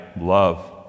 love